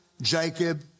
Jacob